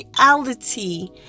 reality